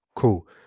cool